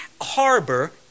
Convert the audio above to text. harbor